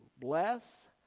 Bless